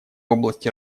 области